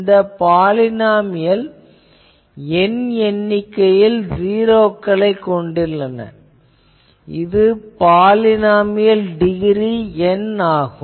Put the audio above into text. இந்த polynomial n எண்ணிக்கையில் ஜீரோக்களைக் கொண்டுள்ளன இதன் பாலினாமியல் டிகிரி N ஆகும்